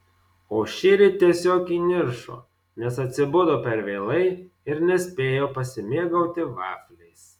o šįryt tiesiog įniršo nes atsibudo per vėlai ir nespėjo pasimėgauti vafliais